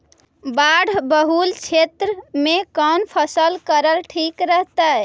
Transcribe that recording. बाढ़ बहुल क्षेत्र में कौन फसल करल ठीक रहतइ?